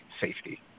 safety